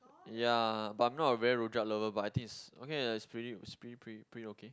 ya but I'm not a very rojak lover but I think it's okay it's pretty pretty pretty pretty okay